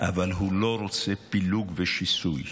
אבל הוא לא רוצה פילוג ושיסוי.